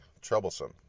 troublesome